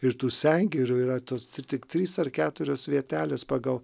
ir tų sengirių yra tos tik trys ar keturios vietelės pagal